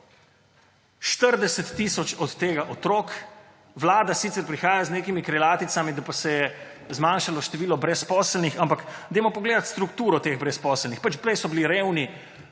40 tisoč od tega otrok. Vlada sicer prihaja z nekimi krilaticami, da pa se je zmanjšalo število brezposelnih, ampak poglejmo strukturo teh brezposelnih – pač, prej so bili revni